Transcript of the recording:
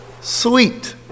sweet